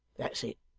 that's it